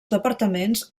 departaments